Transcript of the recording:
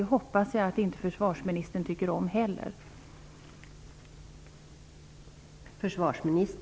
Jag hoppas att inte heller försvarsministern tycker om det.